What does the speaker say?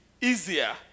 easier